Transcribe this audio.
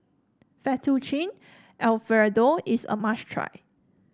Fettuccine Alfredo is a must try